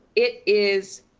it is,